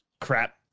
crap